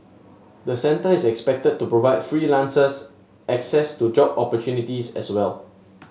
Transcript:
the centre is expected to provide freelancers access to job opportunities as well